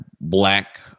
black